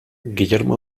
guillermo